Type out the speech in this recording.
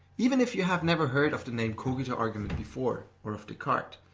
even if you have never heard of the name cogito argument before, or of descartes,